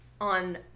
on